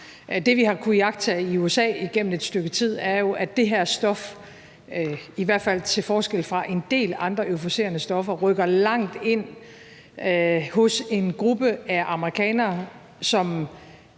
Det, vi har kunnet iagttage i USA igennem et stykke tid, er jo, at det her stof i hvert fald til forskel fra en del andre euforiserende stoffer rykker langt ind hos en gruppe af amerikanere, som